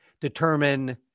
determine